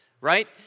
right